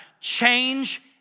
change